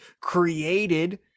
created